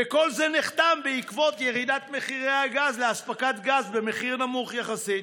וכל זה נחתם בעקבות ירידת מחירי הגז לאספקת גז במחיר נמוך יחסית.